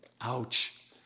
ouch